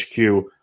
HQ